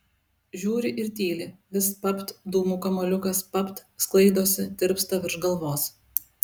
žiūri ir tyli vis papt dūmų kamuoliukas papt sklaidosi tirpsta virš galvos